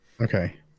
okay